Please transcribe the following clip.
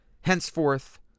Henceforth